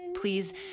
Please